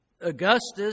Augustus